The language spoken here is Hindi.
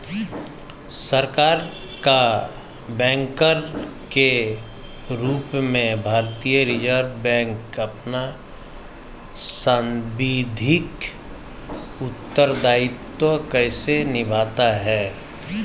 सरकार का बैंकर के रूप में भारतीय रिज़र्व बैंक अपना सांविधिक उत्तरदायित्व कैसे निभाता है?